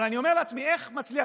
אבל אני אומר לעצמי: איך מצליח,